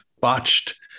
botched